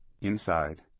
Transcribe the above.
inside